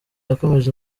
yakomeje